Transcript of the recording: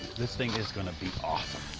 this thing is gonna be awesome.